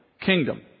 kingdom